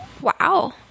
Wow